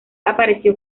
apareció